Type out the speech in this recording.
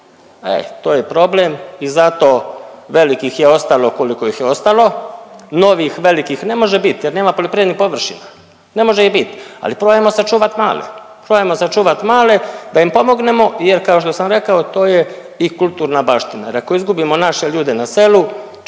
Eh to je problem i zato velikih je ostalo koliko ih je ostalo, novih velikih ne može biti jer nema poljoprivrednih površina, ne može ih bit, ali probajmo sačuvat male. Probajmo sačuvat male da im pomognemo jer kao što sam rekao to je i kulturna baština jer ako izgubimo naše ljude na selu kome će